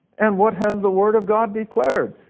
and what has the word of god declared?